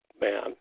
man